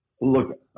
look